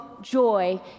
joy